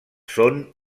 són